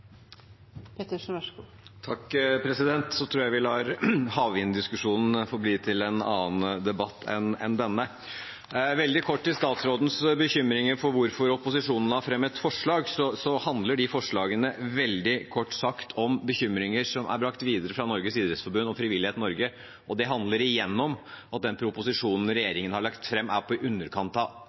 tror vi lar havvinddiskusjonen få bli liggende til en annen debatt enn denne. Veldig kort til statsrådens bekymringer for hvorfor opposisjonen har fremmet forslag: De forslagene handler veldig kort sagt om bekymringer som er brakt videre fra Norges Idrettsforbund og Frivillighet Norge. Det handler igjen om at den proposisjonen regjeringen har lagt fram, er på i underkant av